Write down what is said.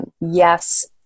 yes